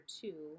two